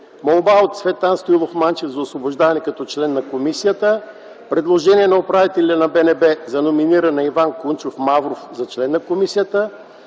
молба от Цветан Стоилов Манчев за освобождаване като член на комисията, предложение на управителя на БНБ за номиниране на Иван Кунчев Мавров за член на комисията,